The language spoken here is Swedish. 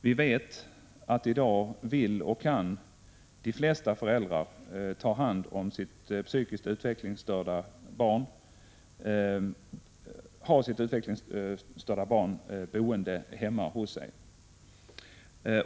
Vi vet att i dag vill och kan de flesta föräldrar ha sina psykiskt utvecklingstörda barn boende hemma hos sig.